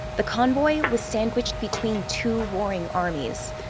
the convoy was sandwiched between two warring armies.